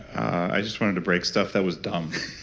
i just wanted to break stuff that was dumb.